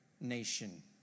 nation